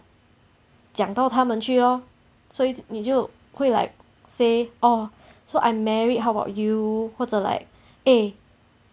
讲到他们去 oh 所以你就会 like say oh so I'm married how about you 或者 like eh